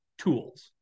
tools